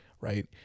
right